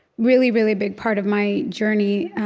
really, really big part of my journey,